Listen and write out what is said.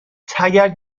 تگرگ